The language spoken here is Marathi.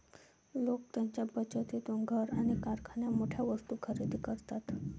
लोक त्यांच्या बचतीतून घर आणि कारसारख्या मोठ्या वस्तू खरेदी करतात